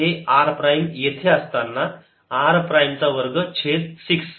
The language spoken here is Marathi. हे r प्राईम येथे असताना r प्राईम चा वर्ग छेद 6